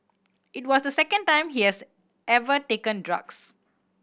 it was the second time she has ever taken drugs